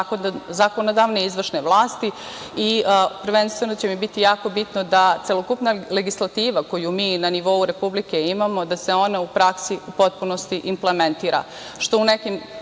zakonodavne i izvršne vlasti i, prvenstveno će mi biti jako bitno da celokupna legislativa koju mi na nivou Republike imamo, da se one u praksi u potpunosti implementira,